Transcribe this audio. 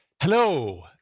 Hello